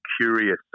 curious